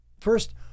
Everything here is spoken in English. First